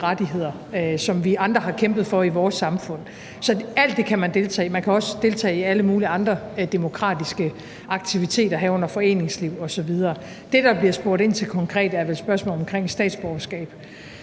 rettigheder, som vi andre har kæmpet for i vores samfund. Så alt det kan man deltage i, og man kan også deltage i alle mulige andre demokratiske aktiviteter, herunder foreningsliv osv. Det, der konkret bliver spurgt ind til, er vel spørgsmålet om statsborgerskab,